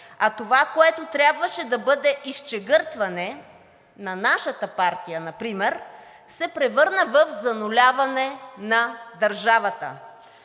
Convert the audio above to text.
А това, което трябваше да бъде изчегъртване на нашата партия например, се превърна в зануляване на държавата.